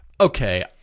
okay